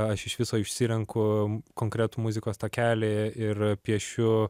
aš iš viso išsirenku konkretų muzikos takelį ir piešiu